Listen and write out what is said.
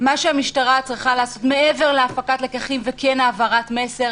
מה שהמשטרה צריכה לעשות מעבר להפקת לקחים וכן העברת מסר,